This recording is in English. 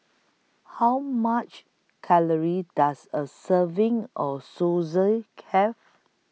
How much Calories Does A Serving of Have